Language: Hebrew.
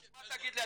אז מה תגיד לי,